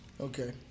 Okay